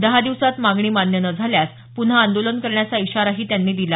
दहा दिवसात मागणी मान्य न झाल्यास प्रन्हा आंदोलन करण्याचा इशाराही त्यांनी दिला